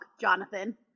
Jonathan